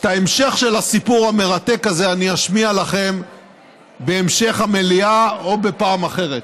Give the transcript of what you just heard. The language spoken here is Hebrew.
את ההמשך של הסיפור המרתק הזה אני אשמיע לכם בהמשך המליאה או בפעם אחרת.